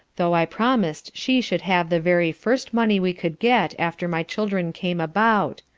tho' i promised she should have the very first money we could get after my children came about,